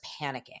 panicking